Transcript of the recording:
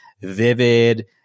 vivid